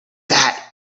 that